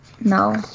no